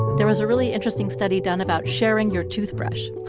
there was a really interesting study done about sharing your toothbrush.